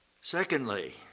Secondly